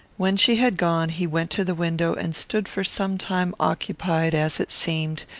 when she had gone, he went to the window and stood for some time occupied, as it seemed,